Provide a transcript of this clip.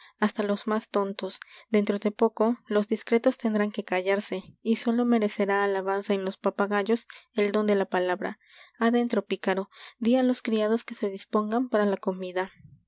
hasta los más tontos dentro de poco los discretos tendrán que callarse y sólo merecerá alabanza en los papagayos el don de la palabra adentro pícaro dí á los criados que se dispongan para la comida